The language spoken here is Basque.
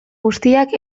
guztiak